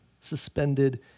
suspended